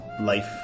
life